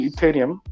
Ethereum